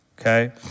Okay